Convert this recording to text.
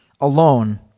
alone